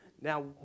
Now